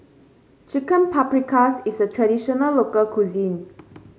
Chicken Paprikas is a traditional local cuisine